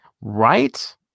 Right